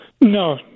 No